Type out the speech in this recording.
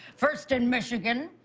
first in michigan,